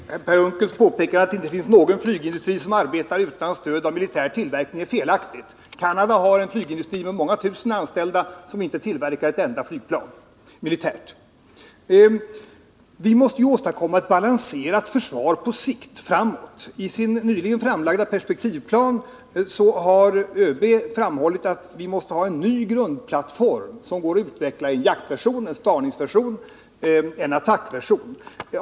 Herr talman! Per Unckels påstående att det inte finns någon flygplansindustri som arbetar utan stöd av militär tillverkning är felaktigt. Canada har en flygindustri med många tusen anställda, som inte tillverkar ett enda militärt flygplan. Vi måste ju åstadkomma ett balanserat försvar på sikt. I sin nyligen framlagda perspektivplan har ÖB framhållit att vi måste ha en ny grundplattform, som går att utveckla i en jaktversion, en spaningsversion och en attackversion.